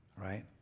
right